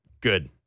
good